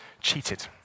cheated